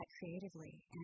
creatively